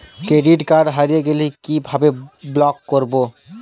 Credit card হারিয়ে গেলে কি ভাবে ব্লক করবো?